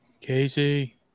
Casey